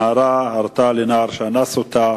נערה הרתה לנער שאנס אותה.